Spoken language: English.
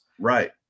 Right